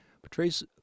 portrays